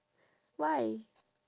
why